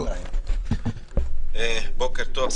בוקר טוב,